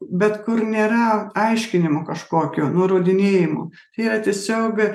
bet kur nėra aiškinimų kažkokių nurodinėjimų yra tiesiog